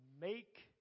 make